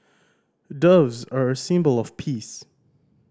doves are a symbol of peace